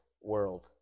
world